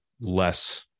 less